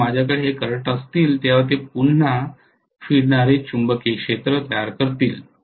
जेव्हा माझ्याकडे हे करंट असतील तेव्हा ते पुन्हा फिरणारे चुंबकीय क्षेत्र तयार करतील